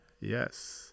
yes